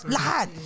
Lahat